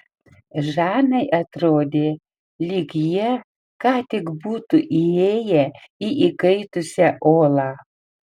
žanai atrodė lyg jie ką tik būtų įėję į įkaitusią olą